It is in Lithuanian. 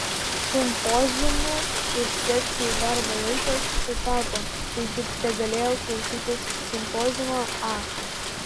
simpoziumų ir sekcijų darbo laikas sutapo taigi tegalėjau klausytis simpoziumo a